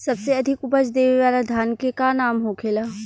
सबसे अधिक उपज देवे वाला धान के का नाम होखे ला?